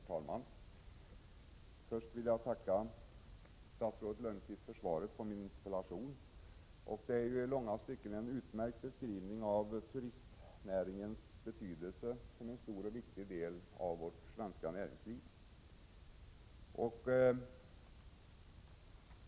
Herr talman! Först vill jag tacka statsrådet Lönnqvist för svaret på min interpellation. Det är i långa stycken en utmärkt beskrivning av turistnäringens betydelse som en stor och viktig del av det svenska näringslivet.